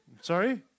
Sorry